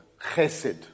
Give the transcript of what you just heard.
Chesed